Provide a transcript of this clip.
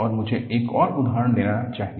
और मुझे एक और उदाहरण लेना चाहिए